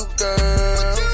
girl